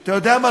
אתה יודע מה?